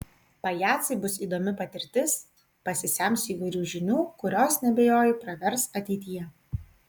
pajacai bus įdomi patirtis pasisemsiu įvairių žinių kurios neabejoju pravers ateityje